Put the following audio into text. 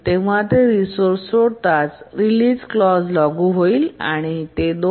जेव्हा ते रिसोर्सेस सोडताच रीलिझ क्लॉज लागू होईल आणि ते 2